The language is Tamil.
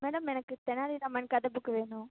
மேடம் எனக்கு தென்னாலிராமன் கதை புக்கு வேணும்